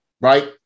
right